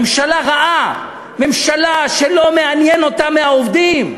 ממשלה רעה, ממשלה שלא מעניין אותה מהעובדים.